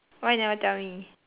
why you never tell me